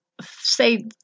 say